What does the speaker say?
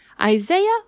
Isaiah